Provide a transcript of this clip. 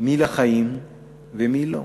מי לחיים ומי לא.